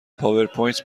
پاورپوینت